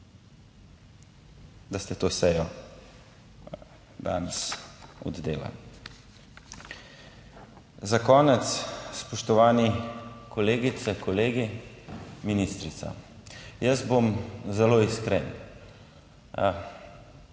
da ste to sejo danes oddelali. Za konec, spoštovani kolegice, kolegi, ministrica. Jaz bom zelo iskren.